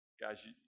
guys